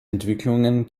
entwicklungen